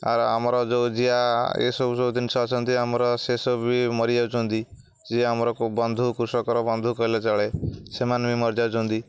ଆର୍ ଆମର ଯେଉଁ ଜିଆ ଏସବୁ ଯେଉଁ ଜିନିଷ ଅଛନ୍ତି ଆମର ସେସବୁ ବି ମରିଯାଉଛନ୍ତି ଯିଏ ଆମର ବନ୍ଧୁ କୃଷକର ବନ୍ଧୁ କହିଲେ ଚଳେ ସେମାନେ ବି ମରିଯାଉଛନ୍ତି